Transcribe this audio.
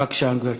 בבקשה, גברתי.